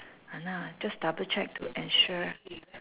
!hanna! just double check to ensure